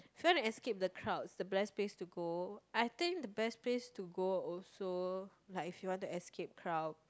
if you want to escape the crowds the best place to go I think the best place to go also like if you want to escape crowd